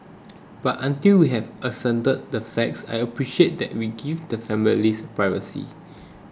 but until we have ascertained the facts I appreciate that we give the families privacy